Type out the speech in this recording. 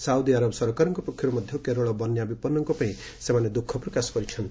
Saudi Arab ସରକାରଙ୍କ ପକ୍ଷରୁ କେରଳ ବନ୍ୟା ବିପନ୍ନଙ୍କ ପାଇଁ ସେମାନେ ଦୁଃଖ ପ୍ରକାଶ କରିଛନ୍ତି